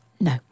No